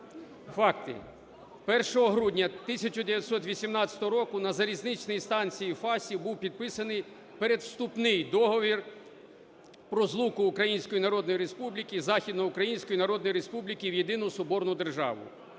факти. Першого грудня 1918 року на залізничній станції Фастів був підписаний передвступний договір про злуку Української Народної Республіки і Західноукраїнської Народної Республіки в єдину соборну державу.